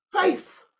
Faith